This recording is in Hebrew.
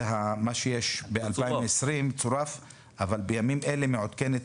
זה מה שיש ב-2020 וצורף אבל בימים אלה מעודכנת